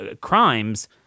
crimes